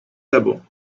gabon